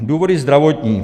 Důvody zdravotní.